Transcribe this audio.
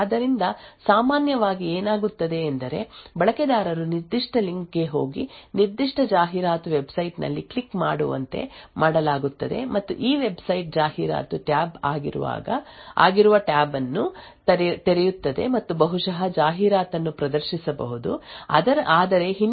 ಆದ್ದರಿಂದ ಸಾಮಾನ್ಯವಾಗಿ ಏನಾಗುತ್ತದೆ ಎಂದರೆ ಬಳಕೆದಾರರು ನಿರ್ದಿಷ್ಟ ಲಿಂಕ್ ಗೆ ಹೋಗಿ ನಿರ್ದಿಷ್ಟ ಜಾಹೀರಾತು ವೆಬ್ಸೈಟ್ ನಲ್ಲಿ ಕ್ಲಿಕ್ ಮಾಡುವಂತೆ ಮಾಡಲಾಗುತ್ತದೆ ಮತ್ತು ಈ ವೆಬ್ಸೈಟ್ ಜಾಹೀರಾತು ಟ್ಯಾಬ್ ಆಗಿರುವ ಟ್ಯಾಬ್ ಅನ್ನು ತೆರೆಯುತ್ತದೆ ಮತ್ತು ಬಹುಶಃ ಜಾಹೀರಾತನ್ನು ಪ್ರದರ್ಶಿಸಬಹುದು ಆದರೆ ಹಿನ್ನೆಲೆಯಲ್ಲಿ ಪ್ರೈಮ್ ಮತ್ತು ಪ್ರೋಬ್ ದಾಳಿ ಚಾಲನೆಯಲ್ಲಿದೆ